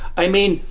i mean,